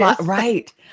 Right